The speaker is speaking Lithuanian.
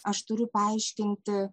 aš turiu paaiškinti